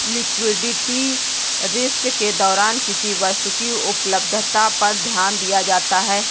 liquidity risk के दौरान किसी वस्तु की उपलब्धता पर ध्यान दिया जाता है